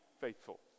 faithful